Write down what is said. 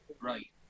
right